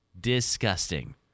Disgusting